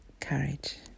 courage